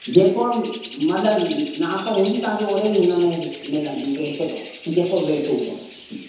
जेको मतिलब माप हूंदी तव्हांखे ओहिड़े ई हुनमें मिलंदी वेट में जेको वेट हूंदो